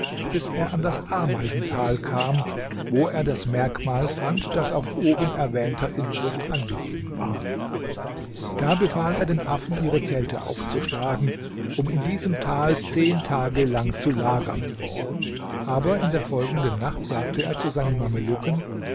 bis er an das ameisental kam wo er das merkmal fand das auf obenerwähnter inschrift angegeben war da befahl er den affen ihre zelte aufzuschlagen um in diesem tal zehn tage lang zu lagern aber in der folgenden nacht sagte er zu seinen